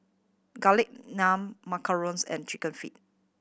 Garlic Naan macarons and Chicken Feet